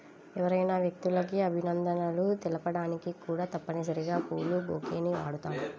ఎవరైనా వ్యక్తులకు అభినందనలు తెలపడానికి కూడా తప్పనిసరిగా పూల బొకేని వాడుతాం